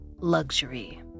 luxury